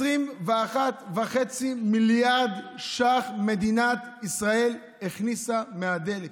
21.5 מדינת ישראל הכניסה מיליארד ש"ח מהדלק,